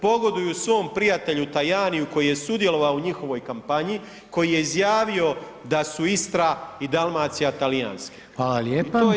Pogoduju svom prijatelju Tajaniju koji je sudjelovao u njihovoj kampanji, koji je izjavio da su Istra i Dalmacija talijanske.